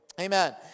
Amen